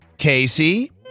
Casey